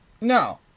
No